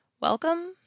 Welcome